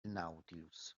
nautilus